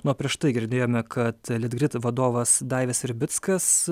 na o prieš tai girdėjome kad litgrid vadovas daivis ribickas